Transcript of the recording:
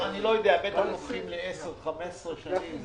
בטח הם לוקחים הלוואה ל-10 או 15 שנים,